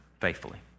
faithfully